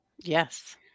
Yes